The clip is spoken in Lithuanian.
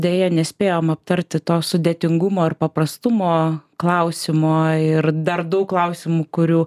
deja nespėjom aptarti to sudėtingumo ir paprastumo klausimo ir dar daug klausimų kurių